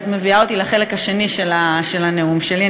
את מביאה אותי לחלק השני של הנאום שלי,